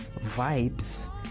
vibes